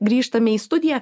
grįžtame į studiją